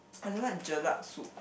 I don't like jelat soup